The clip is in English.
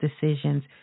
decisions